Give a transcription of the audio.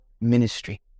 ministry